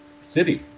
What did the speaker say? city